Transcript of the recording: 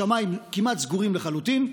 השמיים כמעט סגורים לחלוטין,